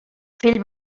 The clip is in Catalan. fill